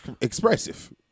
expressive